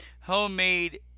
homemade